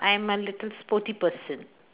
I'm a little sporty person